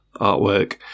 artwork